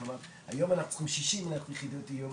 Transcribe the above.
כלומר היום אנחנו צריכים 60 יחידות דיור,